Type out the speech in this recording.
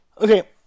Okay